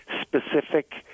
specific